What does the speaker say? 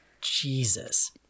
Jesus